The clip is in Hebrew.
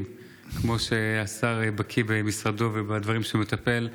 כמו שהשר בקי במשרדו ובדברים שהוא מטפל בהם.